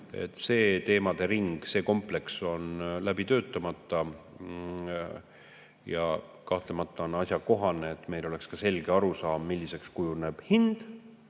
See teemade ring, see kompleks on läbi töötamata. Kahtlemata on asjakohane, et meil oleks selge arusaam sellest, milliseks kujuneb